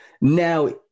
Now